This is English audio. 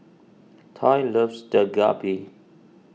Toy loves Dak Galbi